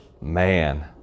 man